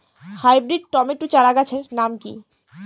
Hybrid tomato চারাগাছের নাম কি?